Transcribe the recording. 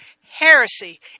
heresy